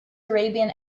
arabian